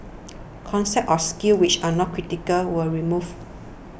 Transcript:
concepts or skills which are not critical were removed